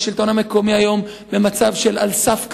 השלטון המקומי היום על סף קריסה,